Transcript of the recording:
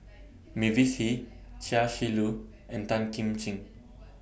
Mavis Hee Chia Shi Lu and Tan Kim Ching